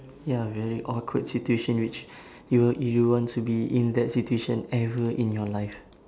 ya very awkward situation which you will you don't want to be in that situation ever in your life